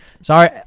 Sorry